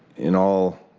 in all